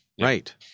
right